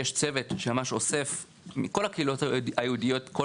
יש שם צוות שאוסף מכל הקהילות היהודיות את כל